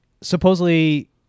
supposedly